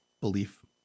belief